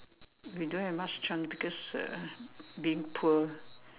we don't have much chance because uh being poor